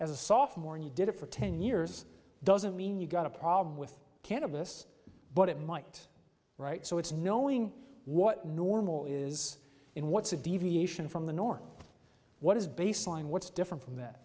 as a softer more and you did it for ten years doesn't mean you've got a problem with cannabis but it might right so it's knowing what normal is in what's a deviation from the norm what is baseline what is different from that